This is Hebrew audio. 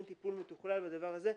אין טיפול מתוכלל בדבר הזה.